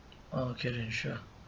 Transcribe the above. okay then sure